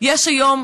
יש היום